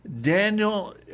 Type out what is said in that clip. Daniel